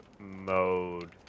mode